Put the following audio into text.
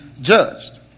judged